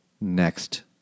next